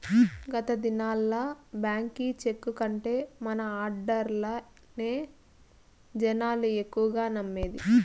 గత దినాల్ల బాంకీ చెక్కు కంటే మన ఆడ్డర్లనే జనాలు ఎక్కువగా నమ్మేది